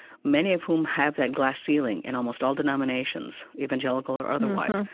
many of whom have that glass ceiling in almost all denominations, evangelical or otherwise,